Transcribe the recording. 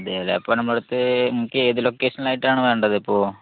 അതേ അല്ലേ ഇപ്പം നമ്മളുടെ അടുത്ത് നിങ്ങൾക്ക് ഏത് ലൊക്കേഷനിലായിട്ടാണ് വേണ്ടത് ഇപ്പോൾ